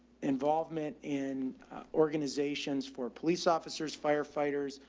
involvement in organizations for police officers, firefighters,